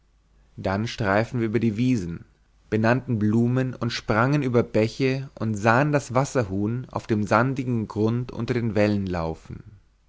dann streiften wir über die wiesen benannten blumen und sprangen über bäche und sahen das wasserhuhn auf dem sandigen grund unter den wellen laufen